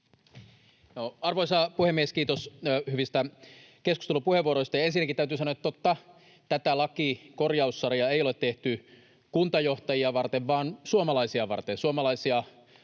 Arvoisa puhemies! Kiitos hyvistä keskustelupuheenvuoroista. Ensinnäkin täytyy sanoa, että totta, tätä lain korjaussarjaa ei ole tehty kuntajohtajia varten, vaan suomalaisia varten: